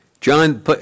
John